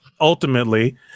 ultimately